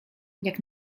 jak